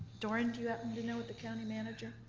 doran, do you happen to know what the county manager?